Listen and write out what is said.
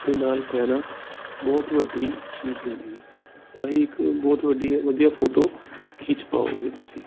ਦੇ ਨਾਲ ਪੈਣਾ ਬਹੁਤ ਵੱਡੀ ਚੀਜ਼ ਹੁੰਦੀ ਹੈ ਤਾਂ ਹੀ ਇੱਕ ਬਹੁਤ ਵੱਡੀ ਵਧੀਆ ਫੋਟੋ ਖਿੱਚ ਪਾਓਗੇ ਤੁਸੀਂ